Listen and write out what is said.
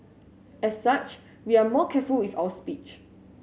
as such we are more careful with our speech